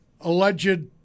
alleged